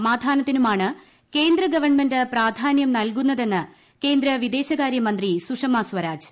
സമാധനത്തിനുമാണ് കേന്ദ്രഗവൺമെന്റ് പ്രാധാന്യം നൽകുന്നതെന്ന് കേന്ദ്ര വിദേശകാര്യമന്ത്രി സുഷമ സ്വരാജ്